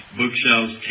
bookshelves